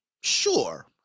Sure